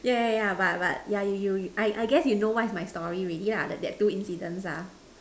yeah yeah yeah but but yeah you you you I I guess you know what is my story already ah that that two incidents ah